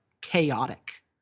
chaotic